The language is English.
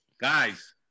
Guys